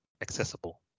accessible